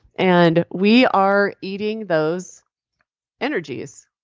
and we are eating those energies.